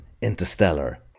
Interstellar